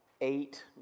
eight